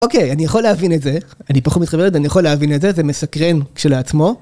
אוקיי, אני יכול להבין את זה, אני פחות מתחבר לזה, אני יכול להבין את זה, זה מסקרן כשלעצמו.